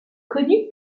connu